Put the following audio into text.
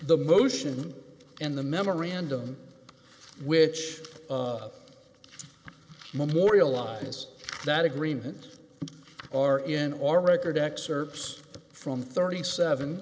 the motion and the memorandum which memorialize that agreement are in or record excerpts from thirty seven